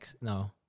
No